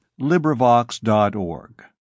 LibriVox.org